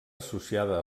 associada